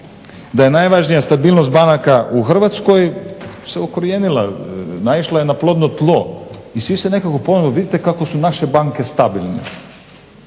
da je najvažnija stabilnost banaka u Hrvatskoj se ukorijenila, naišla je na plodno tlo i svi se nekako ponovo vidite kako su naše banke stabilne.